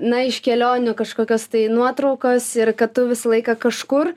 na iš kelionių kažkokios tai nuotraukos ir kad tu visą laiką kažkur